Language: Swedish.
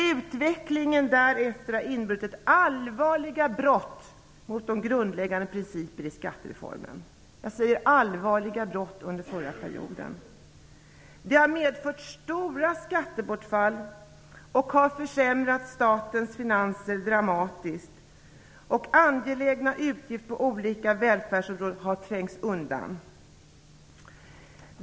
Utvecklingen därefter, under den förra perioden, har inneburit allvarliga brott mot de grundläggande principerna för skattereformen. Det har medfört stora skattebortfall som har försämrat statens finanser dramatiskt. Angelägna utgifter på olika välfärdsområden har trängts undan.